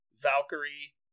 Valkyrie